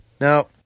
Now